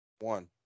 one